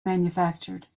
manufactured